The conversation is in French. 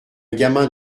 gamin